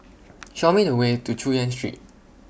Show Me The Way to Chu Yen Street